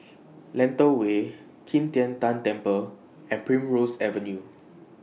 Lentor Way Qi Tian Tan Temple and Primrose Avenue